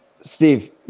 Steve